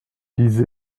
ils